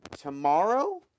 tomorrow